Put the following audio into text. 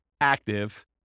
active